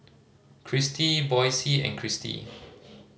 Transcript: Christi Boysie and Kristi